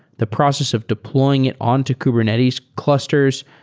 the process of deploying it on to kubernetes clusters.